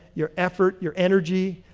your effort, your energy,